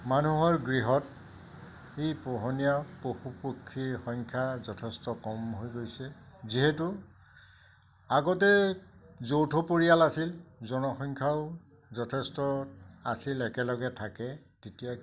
মানুহৰ গৃহত এই পোহনীয়া পশু পক্ষীৰ সংখ্যা যথেষ্ট কম হৈ গৈছে যিহেতু আগতে যৌথ পৰিয়াল আছিল জনসংখ্যাও যথেষ্ট আছিল একেলগে থাকে তেতিয়া